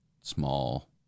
small